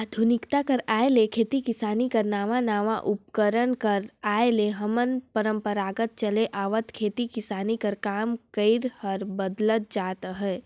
आधुनिकता कर आए ले खेती किसानी कर नावा नावा उपकरन कर आए ले हमर परपरागत चले आवत खेती किसानी कर काम करई हर बदलत जात अहे